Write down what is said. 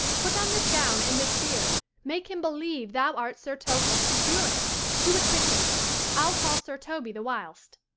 put on this gown and this beard make him believe thou art sir topas the curate do it quickly i ll call sir toby the whilst.